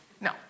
No